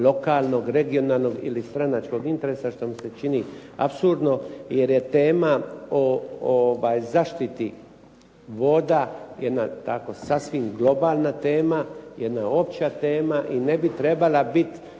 lokalnog, regionalnog ili stranačkog interesa, što mi se čini apsurdno jer je tema o zaštiti voda jedna tako sasvim globalna tema, jedna opća tema i ne bi trebala biti